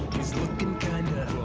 he's lookin' kinda